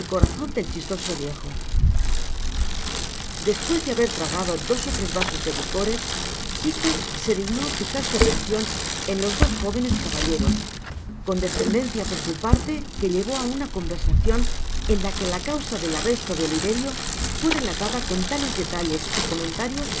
corazon del chistoso viejo i despues de haber tragado dos ó ires vasos de licores sikes se dignó fijar su atencion en los dos jóvenes caballeros condooen déhcia por su parte que llevó á una conversacion en la que la causa del arresto de oliverio fué relatada con tales detalles y comentarios que el